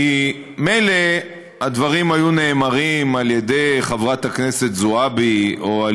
מילא הדברים היו נאמרים על ידי חברת הכנסת זועבי או על